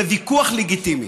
זה ויכוח לגיטימי.